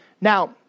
Now